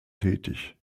tätig